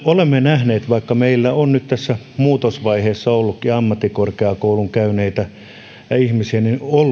olemme nähneet vaikka meillä on nyt tässä muutosvaiheessa ollutkin ammattikorkeakoulun käyneitä ihmisiä